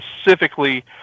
specifically